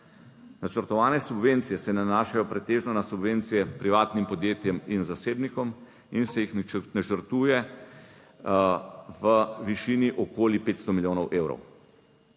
Načrtovane subvencije se nanašajo pretežno na subvencije privatnim podjetjem in zasebnikom in se jih načrtuje v višini okoli 500 milijonov evrov.